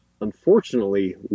unfortunately